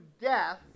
death